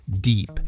deep